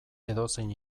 edozein